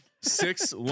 six